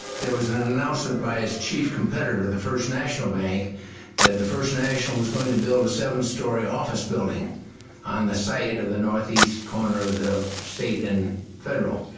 there was an announcement by its chief competitor, the first national bank, that the first national was going to build a seven storey office building on the side of the northeast corner of state and federal.